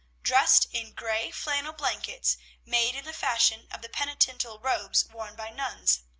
dressed in gray flannel blankets made in the fashion of the penitential robes worn by nuns.